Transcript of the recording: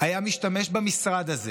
היה משתמש במשרד הזה